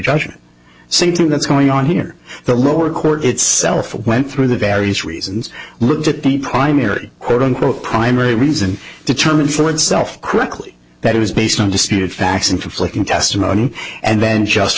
judgment something that's going on here the lower court itself went through the various reasons looked at the primary quote unquote primary reason determine for itself quickly that it was based on disputed facts and conflicting testimony and then just